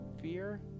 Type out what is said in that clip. fear